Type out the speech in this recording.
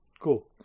Cool